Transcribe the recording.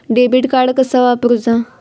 Debit card कसा वापरुचा?